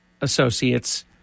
Associates